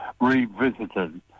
revisited